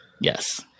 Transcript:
Yes